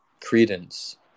credence